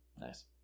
Nice